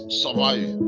survive